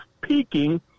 peaking